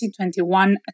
2021